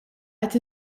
qed